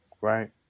right